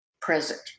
present